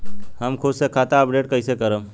हम खुद से खाता अपडेट कइसे करब?